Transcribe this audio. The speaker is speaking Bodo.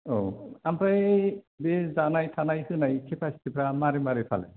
औ आमफ्राय बे जानाय थानाय होनाय केपासिटिफोरा मारै मारै फालाय